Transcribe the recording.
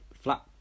flat